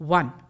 one